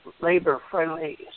labor-friendly